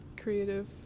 creative